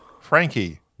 Frankie